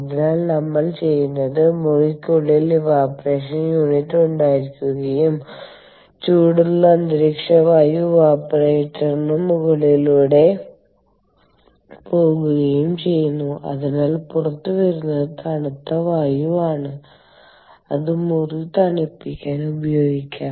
അതിനാൽ നമ്മൾ ചെയ്യുന്നത് മുറിക്കുള്ളിൽ ഇവാപറേഷൻ യൂണിറ്റ് ഉണ്ടായിരിക്കുകയും ചൂടുള്ള അന്തരീക്ഷ വായു ഇവാപറേടർന് മുകളിലൂടെ പോകുകയും ചെയ്യുന്നു അതിനാൽ പുറത്തുവരുന്നത് തണുത്ത വായുവാണ് അത് മുറി തണുപ്പിക്കാൻ ഉപയോഗിക്കാം